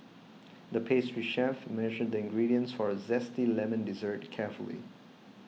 the pastry chef measured the ingredients for a Zesty Lemon Dessert carefully